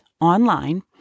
online